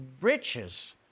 riches